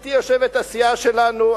גברתי יושבת-ראש הסיעה שלנו,